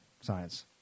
science